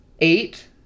Eight